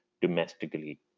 domestically